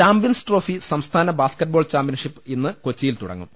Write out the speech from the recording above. champions trophy സംസ്ഥാന basketball championship ഇന്ന് കൊച്ചിയിൽ തുടങ്ങും